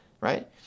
Right